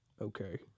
Okay